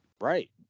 Right